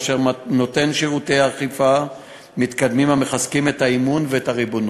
אשר נותן שירותי אכיפה מתקדמים המחזקים את האמון והריבונות,